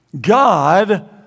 God